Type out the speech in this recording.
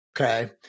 Okay